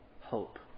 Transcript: Hope